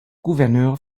gouverneur